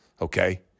okay